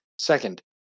Second